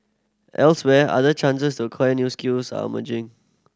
elsewhere other chances to acquire new skills are emerging